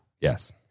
Yes